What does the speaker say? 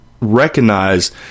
recognize